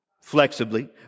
flexibly